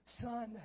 son